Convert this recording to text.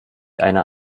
einer